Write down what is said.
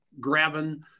grabbing